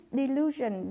delusion